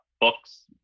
books